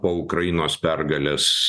po ukrainos pergalės